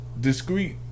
discreet